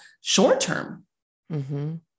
short-term